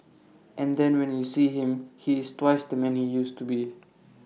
and then when you see him he is twice the man he used to be